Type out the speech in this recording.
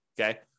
okay